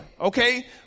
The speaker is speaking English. Okay